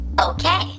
Okay